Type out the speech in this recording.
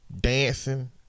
dancing